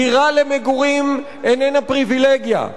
דירה למגורים איננה פריווילגיה,